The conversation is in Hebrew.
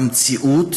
במציאות